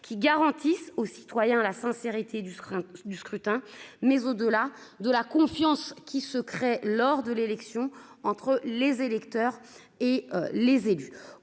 qui garantissent aux citoyens la sincérité du scrutin du scrutin. Mais au-delà de la confiance qui se crée. Lors de l'élection entre les électeurs et les élus